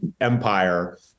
empire